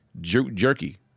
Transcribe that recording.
jerky